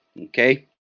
okay